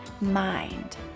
mind